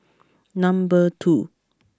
number two